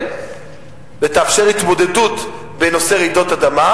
ותאפשר התמודדות בנושא רעידות האדמה,